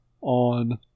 on